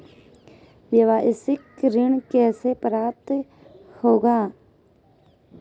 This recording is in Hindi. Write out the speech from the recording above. व्यावसायिक ऋण कैसे प्राप्त होगा?